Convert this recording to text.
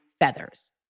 feathers